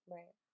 Right